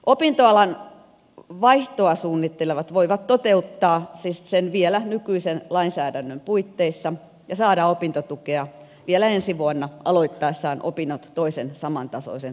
opintoalan vaihtoa suunnittelevat voivat siis toteuttaa sen vielä nykyisen lainsäädännön puitteissa ja saada opintotukea vielä ensi vuonna aloittaessaan opinnot toisen samantasoisen tutkinnon suorittamiseen